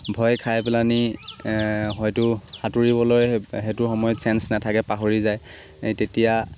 ভয় খাই পেলানি হয়তো সাঁতোৰিবলৈ সেইটো সময়ত চেঞ্চ নাথাকে পাহৰি যায় তেতিয়া